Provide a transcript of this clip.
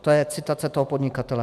To je citace toho podnikatele.